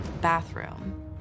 bathroom